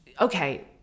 okay